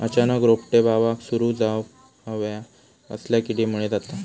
अचानक रोपटे बावाक सुरू जवाप हया कसल्या किडीमुळे जाता?